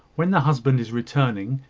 when the husband is returning,